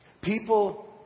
People